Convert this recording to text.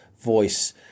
voice